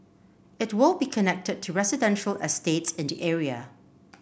it will be connected to residential estates in the area